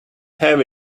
have